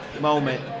moment